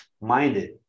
minded